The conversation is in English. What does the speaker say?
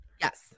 Yes